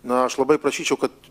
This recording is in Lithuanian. na aš labai prašyčiau kad